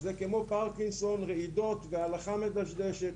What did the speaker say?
שזה כמו פרקינסון: רעידות והליכה מדשדשת.